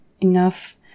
enough